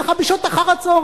ככה בשעות אחר-הצהריים.